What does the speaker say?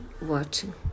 watching